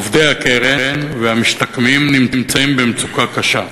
עובדי הקרן והמשתקמים נמצאים במצוקה קשה,